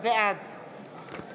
בעד